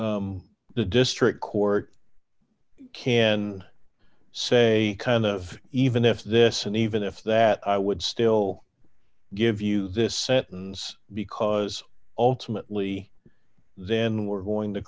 where the district court can say kind of even if this and even if that i would still give you this sentence because ultimately then we're going to